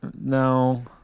No